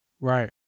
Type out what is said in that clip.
Right